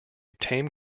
tame